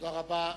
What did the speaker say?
תודה רבה.